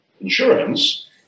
Insurance